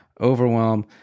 overwhelm